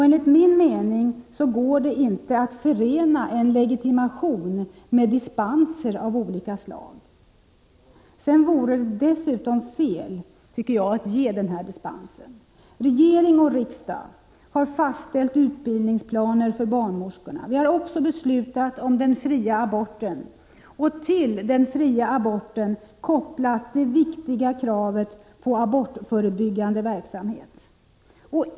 Enligt min mening går det inte att förena en legitimation med dispenser av olika slag. Det vore dessutom fel att ge denna dispens. Regering och riksdag har fastställt utbildningsplaner för barnmorskorna. Vi har också beslutat om den fria aborten och till denna kopplat det viktiga kravet på abortförebyggande verksamhet.